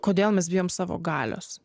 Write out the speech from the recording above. kodėl mes bijom savo galios